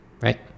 right